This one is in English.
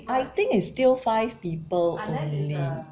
I think it's still five people only